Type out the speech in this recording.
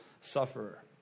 sufferer